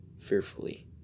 fearfully